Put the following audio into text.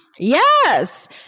Yes